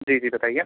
जी जी बताइए